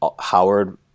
Howard –